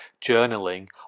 journaling